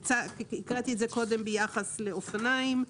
הקראתי את זה קודם ביחס לאופניים.